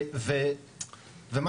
אתה